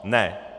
Ne.